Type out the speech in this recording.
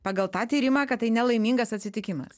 pagal tą tyrimą kad tai nelaimingas atsitikimas